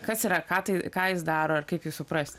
kas yra ką tai ką jis daro ar kaip suprast